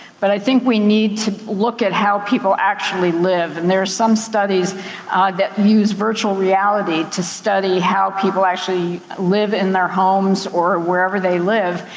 but i think we need to look at how people actually live. and there are some studies that use virtual reality to study how people actually live in their homes, or wherever they live,